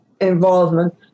involvement